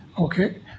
okay